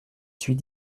suis